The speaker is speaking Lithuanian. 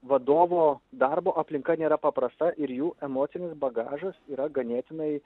vadovo darbo aplinka nėra paprasta ir jų emocinis bagažas yra ganėtinai